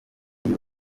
iyo